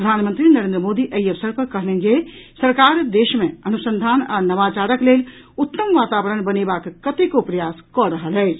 प्रधानमंत्री नरेन्द्र मोदी एहि अवसर पर कहलनि जे सरकार देश मे अनुसंधान आ नवाचारक लेल उत्तम वातावरण बनेबाक लेल कतेको प्रयास कऽ रहल अछि